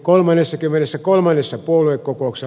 puoluekokouksessa lahdessa